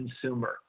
consumer